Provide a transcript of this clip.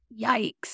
yikes